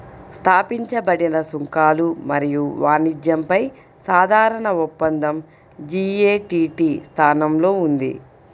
స్థాపించబడిన సుంకాలు మరియు వాణిజ్యంపై సాధారణ ఒప్పందం జి.ఎ.టి.టి స్థానంలో ఉంది